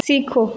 सीखो